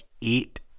eat